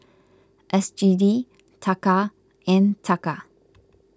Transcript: S G D Taka and Taka